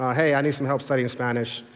ah hey, i need some help studying spanish.